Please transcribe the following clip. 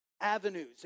avenues